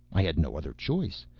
i had no other choice.